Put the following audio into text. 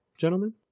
gentlemen